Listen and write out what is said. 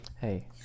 Hey